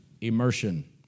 immersion